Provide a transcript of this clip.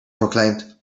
proclaimed